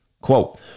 Quote